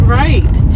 right